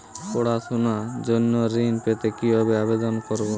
পড়াশুনা জন্য ঋণ পেতে কিভাবে আবেদন করব?